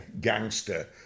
gangster